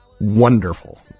Wonderful